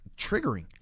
triggering